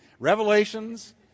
Revelations